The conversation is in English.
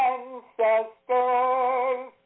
Ancestors